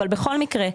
אבל בכל מקרה,